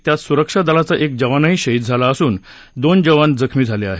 त्यात सुरक्षादलाचा एक जवानही शहीद झाला असून दोन जवान जखमी झाले आहेत